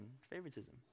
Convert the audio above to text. favoritism